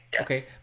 okay